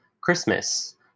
Christmas